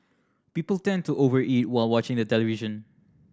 people tend to over eat while watching the television